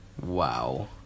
Wow